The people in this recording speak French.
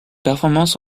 performances